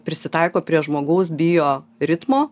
prisitaiko prie žmogaus bioritmo